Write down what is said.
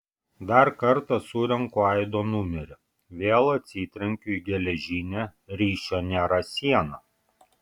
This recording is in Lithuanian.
dar kartą surenku aido numerį vėl atsitrenkiu į geležinę ryšio nėra sieną